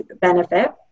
benefit